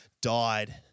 died